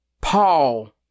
Paul